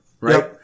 Right